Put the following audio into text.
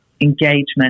engagement